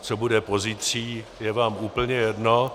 Co bude pozítří, je vám úplně jedno.